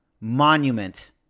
monument